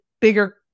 bigger